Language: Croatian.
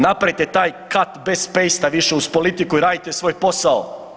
Napravite taj cut bez pastea više uz politiku i radite svoj posao.